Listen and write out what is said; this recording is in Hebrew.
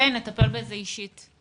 נטפל בזה אישית.